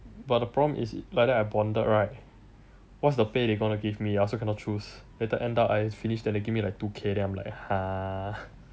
but the problem is like that I bonded right what's the pay they going to give me I also cannot choose later I finish already then they give me like two K then I'm like !huh!